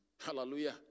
Hallelujah